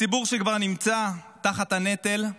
הציבור שכבר נמצא תחת הנטל,